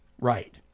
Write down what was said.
Right